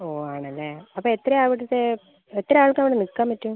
ഓ ആണല്ലേ അപ്പോൾ എത്രയാണ് അവിടുത്തെ എത്ര ആൾക്ക് അവിടെ നിൽക്കാൻ പറ്റും